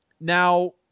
now